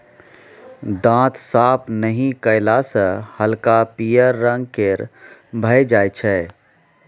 दांत साफ नहि कएला सँ हल्का पीयर रंग केर भए जाइ छै